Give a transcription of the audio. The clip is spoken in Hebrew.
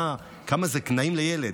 כמה זה נעים לילד.